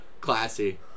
Classy